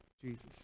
Jesus